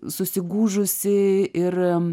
susigūžusi ir